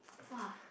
!wah!